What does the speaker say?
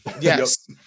Yes